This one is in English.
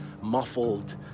muffled